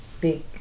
big